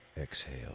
Exhale